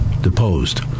deposed